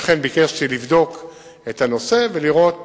אכן, ביקשתי לבדוק את הנושא ולראות